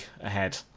ahead